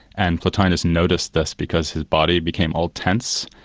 and plotinus noticed this because his body became all tense,